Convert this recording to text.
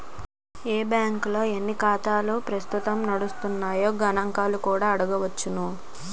ఏ బాంకుల్లో ఎన్ని ఖాతాలు ప్రస్తుతం నడుస్తున్నాయో గణంకాలు కూడా అడగొచ్చును